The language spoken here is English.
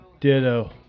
Ditto